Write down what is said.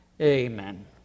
Amen